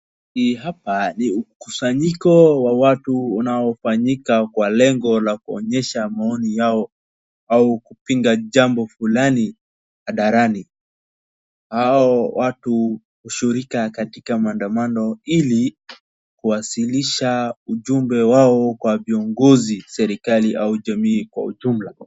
Hii hapa ni ukusanyiko wa watu unaofanyika kwa lengo ya kuonyesha maoni yao au kupinga jambo fulani hadharani. Hao watu hushughulika katika maandamano ili kuwasilisha ujumbe wao kwa viongozi, serikali au jamii kwa ujumla.